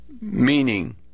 meaning